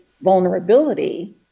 vulnerability